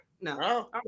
no